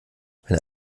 wenn